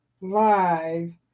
live